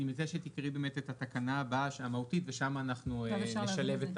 אני מציע שתקריאי באמת את התקנה הבאה המהותית ושם אנחנו נשלב את